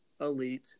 Elite